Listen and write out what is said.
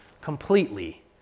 completely